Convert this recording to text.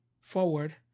forward